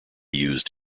used